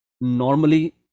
normally